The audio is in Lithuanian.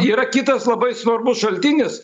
yra kitas labai svarbus šaltinis